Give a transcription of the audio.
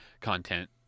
content